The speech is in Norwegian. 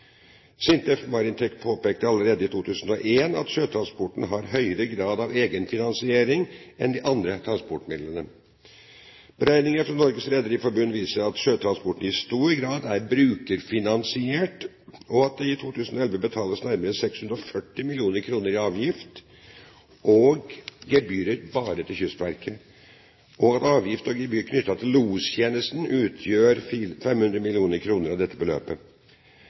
MARINTEK påpekte allerede i 2001 at sjøtransporten har en høyere grad av egenfinansiering enn de andre transportmidlene. Beregninger fra Norges Rederiforbund viser at sjøtransporten i stor grad er brukerfinansiert, og at det i 2011 betales nærmere 640 mill. kr i avgifter og gebyrer bare til Kystverket, og at avgifter og gebyrer knyttet til lostjenesten utgjør 500 mill. kr av dette beløpet.